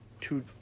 two